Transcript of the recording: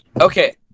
Okay